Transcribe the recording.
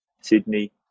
Sydney